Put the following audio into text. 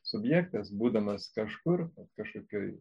subjektas būdamas kažkur kažkokioj